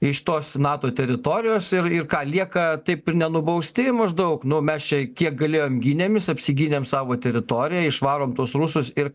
iš tos nato teritorijos ir ir lieka taip ir nenubausti maždaug nu mes čia kiek galėjom gynėmės apsigynėm savo teritoriją išvarom tuos rusus ir